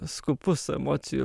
skūpus emocijų